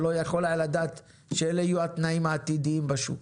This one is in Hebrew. שלא יכול היה לדעת שאלה יהיו התנאים העתידיים בשוק.